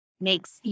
makes